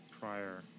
prior